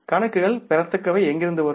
கணக்குகள் பெறத்தக்கவை எங்கிருந்து வரும்